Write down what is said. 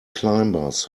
climbers